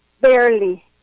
Barely